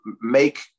make